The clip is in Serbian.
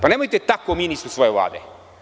Nemojte tako o ministru svoje Vlade.